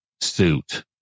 suit